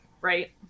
right